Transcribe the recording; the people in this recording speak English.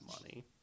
money